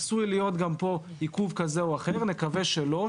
עשוי להיות גם פה עיכוב כזה או אחר, נקווה שלא.